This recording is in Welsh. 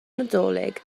nadolig